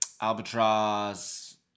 Albatross